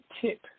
tip